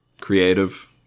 Creative